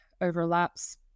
overlaps